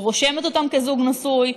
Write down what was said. רושמת אותם כזוג נשוי,